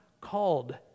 called